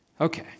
Okay